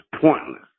pointless